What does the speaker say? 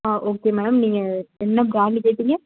ஆ okay ma'am நீங்கள் என்ன brand கேட்டீங்கள்